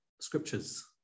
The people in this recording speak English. scriptures